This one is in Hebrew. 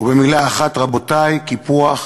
ובמילה אחת, רבותי, קיפוח.